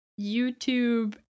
YouTube